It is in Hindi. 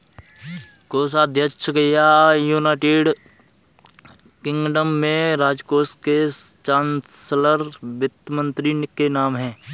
कोषाध्यक्ष या, यूनाइटेड किंगडम में, राजकोष के चांसलर वित्त मंत्री के नाम है